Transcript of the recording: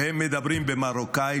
והם מדברים במרוקאית,